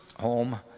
home